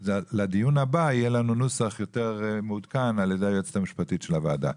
לדיון הבא יהיה לנו נוסח יותר מעודכן על ידי היועצת המשפטית של הוועדה.